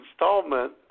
installment